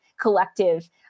collective